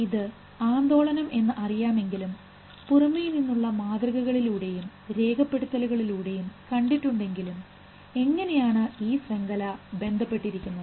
ഇത് ആന്തോളനം എന്ന് അറിയാമെങ്കിലും പുറമേനിന്നുള്ള മാതൃകകളിലൂടെയും രേഖപ്പെടുത്തലുകളിലൂടെയും കണ്ടിട്ടുണ്ടെങ്കിലും എങ്ങനെയാണ് ഈ ശൃംഖല ബന്ധപ്പെട്ടിരിക്കുന്നത്